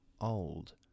old